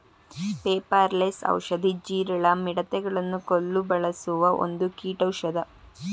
ಪೆಪಾರ ಲೆಸ್ ಔಷಧಿ, ಜೀರಳ, ಮಿಡತೆ ಗಳನ್ನು ಕೊಲ್ಲು ಬಳಸುವ ಒಂದು ಕೀಟೌಷದ